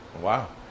Wow